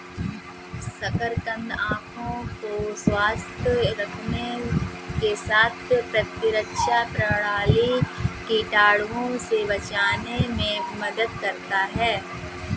शकरकंद आंखों को स्वस्थ रखने के साथ प्रतिरक्षा प्रणाली, कीटाणुओं से बचाने में मदद करता है